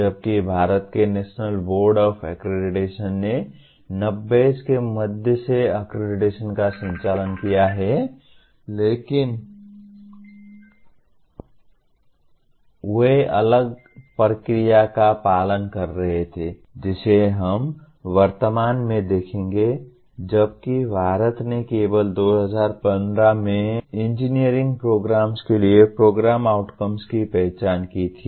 जबकि भारत के national board of accreditation ने 90s के मध्य से अक्रेडिटेशन का संचालन किया है लेकिन वे एक अलग प्रक्रिया का पालन कर रहे थे जिसे हम वर्तमान में देखेंगे जबकि भारत ने केवल 2015 में इंजीनियरिंग प्रोग्राम्स के लिए प्रोग्राम आउटकम की पहचान की थी